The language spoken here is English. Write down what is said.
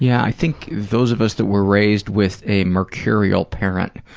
yeah i think those of us that were raised with a mercurial parent.